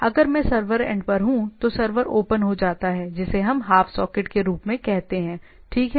अगर मैं server end पर हूं तो सर्वर ओपन हो जाता है जिसे हम हाफ सॉकेट के रूप में कहते हैं ठीक है